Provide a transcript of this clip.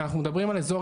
אנחנו מדברים על אזור,